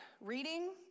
reading